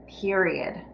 period